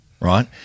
right –